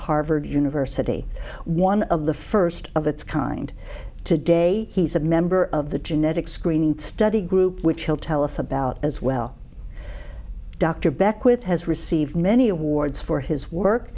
harvard university one of the first of its kind today he's a member of the genetic screening study group which he'll tell us about as well dr beckwith has received many awards for his work